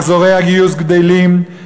מחזורי הגיוס גדלים,